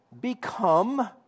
become